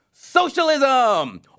socialism